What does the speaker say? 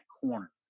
corner